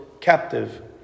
captive